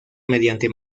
mediante